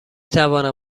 توانم